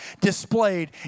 displayed